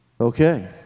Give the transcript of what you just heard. Okay